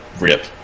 Rip